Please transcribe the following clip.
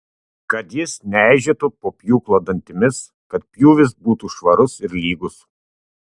kad jis neeižėtų po pjūklo dantimis kad pjūvis būtų švarus ir lygus